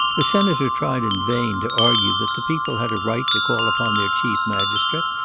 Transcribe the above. the senator tried in vain to argue that the people had a right to call upon their chief magistrate,